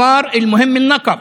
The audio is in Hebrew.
אמר: אל-מוהם אל-נקב,